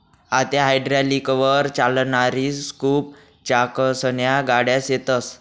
आते हायड्रालिकलवर चालणारी स्कूप चाकसन्या गाड्या शेतस